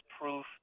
proof